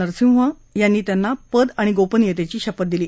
नरसिंह त्यांना पद आणि गोपनियतेची शपथ दिली